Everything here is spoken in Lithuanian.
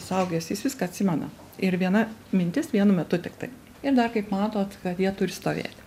suaugęs jis viską atsimena ir viena mintis vienu metu tiktai ir dar kaip matot kad jie turi stovėti